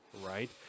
right